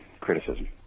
criticism